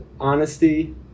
honesty